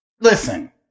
listen